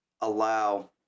allow